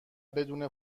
بدون